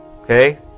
okay